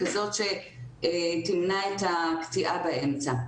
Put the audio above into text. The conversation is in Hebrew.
כזאת שתמנע את הקטיעה באמצע.